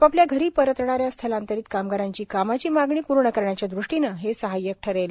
आपापल्या घरी परतणाऱ्या स्थलांतरित कामगारांची कामाची मागणी पूर्ण करण्याच्या दृष्टीने हे सहाय्यक ठरेल